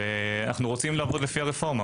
ואנו רוצים לעבוד לפי הרפורמה.